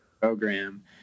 program